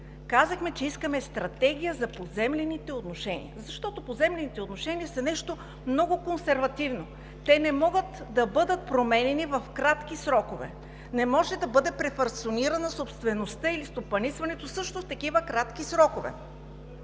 казахме, че искаме стратегия за поземлените отношения, защото поземлените отношения са нещо много консервативно. Те не могат да бъдат променяни в кратки срокове, също не може да бъде префасонирана собствеността или стопанисването в такива кратки срокове.